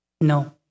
No